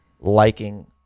liking